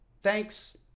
Thanks